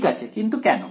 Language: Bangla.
ঠিক আছে কিন্তু কেন